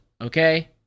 Okay